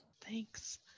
Thanks